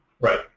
Right